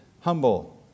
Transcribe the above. humble